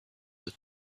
that